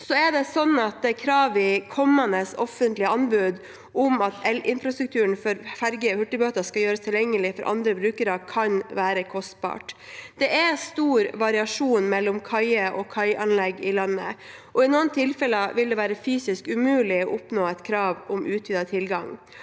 Så er det slik at et krav i kommende offentlige anbud om at elinfrastrukturen for ferger og hurtigbåter skal gjøres tilgjengelig for andre brukere, kan være kostbart. Det er stor variasjon mellom kaier og kaianlegg i landet, og i noen tilfeller vil det være fysisk umulig å oppnå et krav om utvidet tilgang.